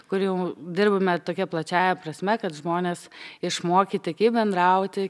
kur jau dirbame tokia plačiąja prasme kad žmonės išmokyti kaip bendrauti